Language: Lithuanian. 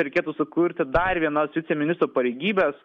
reikėtų sukurti dar vienas viceministrų pareigybes